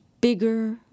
bigger